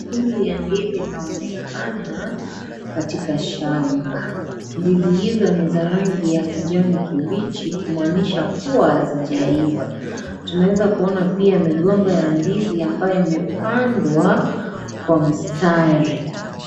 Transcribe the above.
Fungu ya ndizi inaonekana katika shamba. Ndizi hizo ni za rangi ya kijani kibichi, kumaanisha kuwa, hazijaiva. Tunaweza kuona pia, migomba ya ndizi ambayo imepandwa kwa mstari.